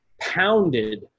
pounded